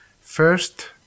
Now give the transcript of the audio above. First